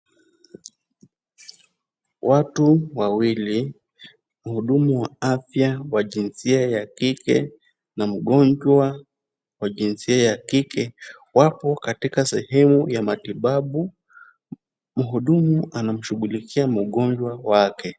Watu wawili, muhudumu wa afya wa jinsia ya kike na mgonjwa wa jinsia ya kike, wapo katika sehemu ya matibabu. Muhudumu anamshughulikia mgonjwa wake.